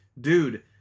dude –